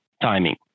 timing